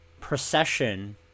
procession